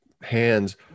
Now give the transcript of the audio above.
hands